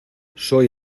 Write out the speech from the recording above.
soy